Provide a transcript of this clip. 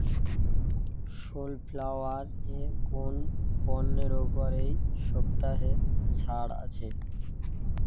সোলফ্লাওয়ারের কোন পণ্যের ওপরেই সপ্তাহে ছাড় আছে